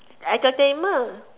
entertainment